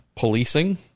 policing